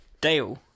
Dale